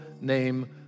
name